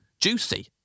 juicy